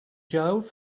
jailed